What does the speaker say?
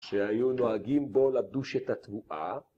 שהיו נוהגים בו לדוש את התבואה